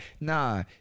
Nah